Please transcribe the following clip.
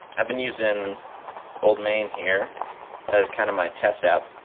i've been using old main here as kind of my test app.